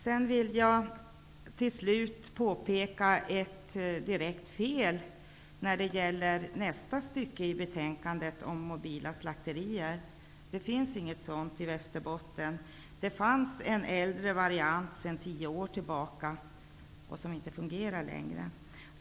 Avslutningsvis vill jag påpeka ett direkt fel i det stycke i betänkandet som handlar om mobila slakterier. Det finns inget sådant slakteri i Västerbotten. Det fanns en äldre variant för tio år sedan, men den fungerar inte längre.